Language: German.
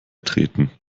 treten